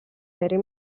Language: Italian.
aerei